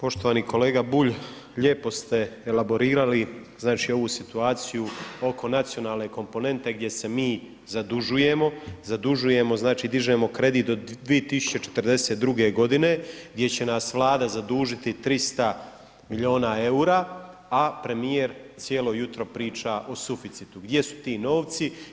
Poštovani kolega Bulj, lijepo ste elaborirali, znači, ovu situaciju oko nacionalne komponente gdje se mi zadužujemo, zadužujemo, znači dižemo kredit do 2042.g. gdje će nas Vlada zadužiti 300 milijuna EUR-a, a premijer cijelo jutro priča o suficitu, gdje su ti novci.